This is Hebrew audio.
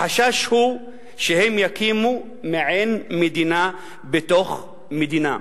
החשש הוא שהם יקימו מעין מדינה בתוך מדינה.